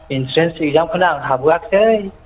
entrance इखजामखौनो आं हाबोयाखिसै